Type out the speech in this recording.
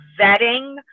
vetting